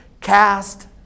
cast